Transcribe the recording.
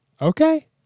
Okay